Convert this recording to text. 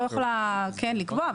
לא יכולה כן לקבוע,